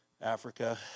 Africa